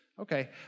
Okay